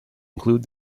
include